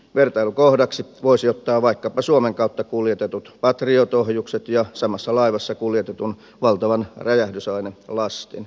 vertailukohdaksi voisi ottaa vaikkapa suomen kautta kuljetetut patriot ohjukset ja samassa laivassa kuljetetun valtavan räjähdysainelastin